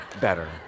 better